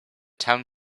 town